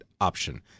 option